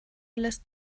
lässt